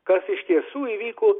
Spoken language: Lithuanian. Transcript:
kas iš tiesų įvyko